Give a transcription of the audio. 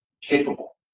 capable